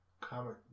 comic